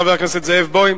חבר הכנסת זאם בוים.